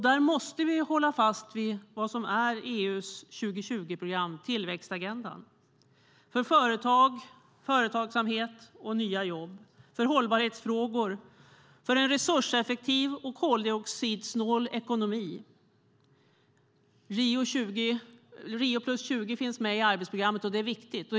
Vi måste hålla fast vid det som är EU:s 2020-program - tillväxtagendan - för företag, företagsamhet och nya jobb, för hållbarhetsfrågor och för en resurseffektiv och koldioxidsnål ekonomi. Rio + 20 finns med i arbetsprogrammet, och det är viktigt.